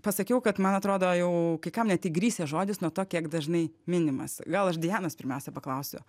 pasakiau kad man atrodo jau kai kam ne tik įgrisęs žodis nuo to kiek dažnai minimas gal aš dianos pirmiausia paklausiu